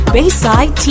Bayside